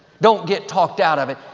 don't get talked out of it,